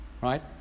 right